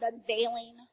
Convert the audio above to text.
unveiling